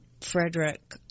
Frederick